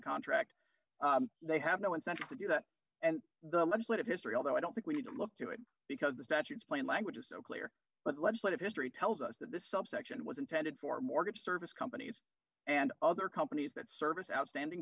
contract they have no incentive to do that and the legislative history although i don't think we need to look to it because the statutes plain language is so clear but legislative history tells us that this subsection was intended for mortgage service companies and other companies that service outstanding